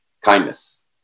kindness